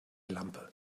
lampe